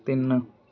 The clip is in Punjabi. ਤਿੰਨ